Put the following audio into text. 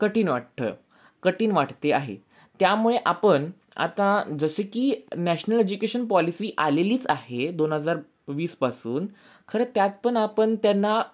कठीण वाटतं कठीण वाटते आहे त्यामुळे आपण आता जसे की नॅशनल एज्युकेशन पॉलिसी आलेलीच आहे दोन हजार वीसपासून खरं त्यात पण आपण त्यांना